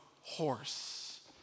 horse